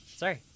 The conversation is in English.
sorry